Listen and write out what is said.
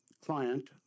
client